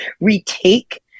retake